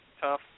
tough